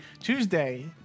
Tuesday